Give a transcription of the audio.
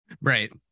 right